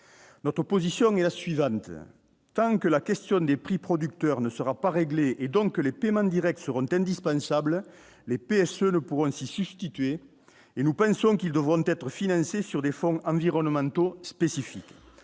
notre position et la suivante, tant que la question des prix producteurs ne sera pas réglé et donc que les paiements Directs seront indispensables les PSE ne pourront ainsi substituer et nous pensons qu'ils devront être financés sur des fonds environnementaux spécifique